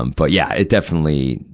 um but, yeah, it definitely,